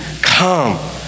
come